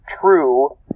true